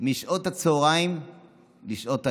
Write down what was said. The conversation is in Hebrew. משעות הצוהריים לשעות הערב.